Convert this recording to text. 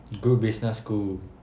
good business school